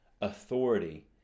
authority